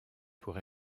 pour